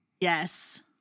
Yes